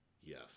Yes